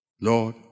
Lord